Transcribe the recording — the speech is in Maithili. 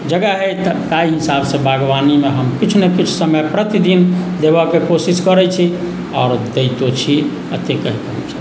जगह अछि ताहि हिसाबसँ बागवानीमे हम किछु नहि किछु समय प्रतिदिन देबयके कोशिश करैत छी आओर दैतो छी एतेक कहिके